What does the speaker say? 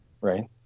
Right